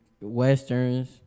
westerns